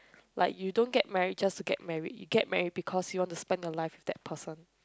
like you don't get married just to get married you get married because you want to spend your life with that person